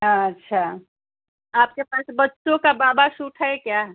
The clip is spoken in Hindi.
अच्छा आपके पास बच्चों का बाबा सूट है क्या